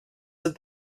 that